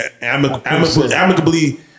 amicably